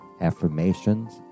affirmations